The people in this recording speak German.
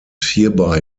hierbei